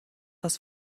das